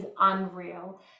unreal